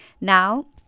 Now